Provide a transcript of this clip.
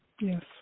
Yes